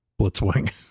blitzwing